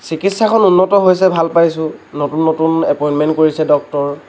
চিকিৎসাখন উন্নত হৈছে ভাল পাইছোঁ নতুন নতুন এপইণ্টমেন্ট কৰিছে ডক্তৰ